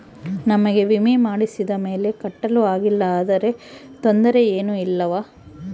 ನಮಗೆ ವಿಮೆ ಮಾಡಿಸಿದ ಮೇಲೆ ಕಟ್ಟಲು ಆಗಿಲ್ಲ ಆದರೆ ತೊಂದರೆ ಏನು ಇಲ್ಲವಾ?